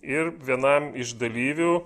ir vienam iš dalyvių